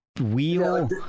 wheel